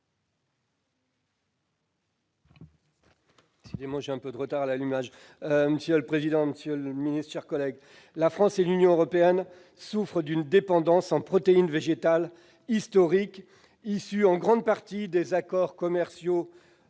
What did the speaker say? La France et l'Union européenne souffrent d'une dépendance en protéines végétales historique, issue en grande partie des accords commerciaux